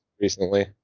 recently